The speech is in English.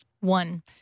one